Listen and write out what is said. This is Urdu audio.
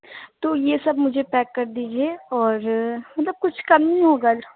تو یہ سب مجھے پیک کر دیجیے اور مطلب کچھ کم نہیں ہوگا